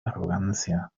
arrogancia